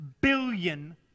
billion